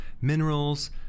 minerals